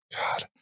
God